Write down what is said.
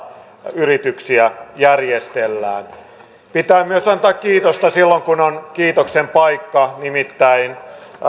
yrityksiä järjestellään pitää myös antaa kiitosta silloin kun on kiitoksen paikka nimittäin